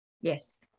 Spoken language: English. Yes